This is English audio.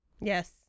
yes